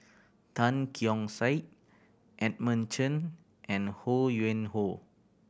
Tan Keong Saik Edmund Chen and Ho Yuen Hoe